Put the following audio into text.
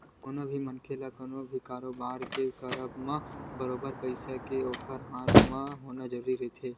कोनो मनखे ल कोनो भी कारोबार के करब म बरोबर पइसा के ओखर हाथ म होना जरुरी रहिथे